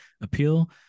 appeal